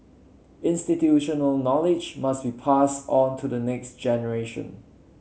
institutional knowledge must be passed on to the next generation